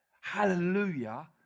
Hallelujah